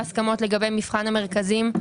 והגענו להסכמות לגבי מבחן המרכזים.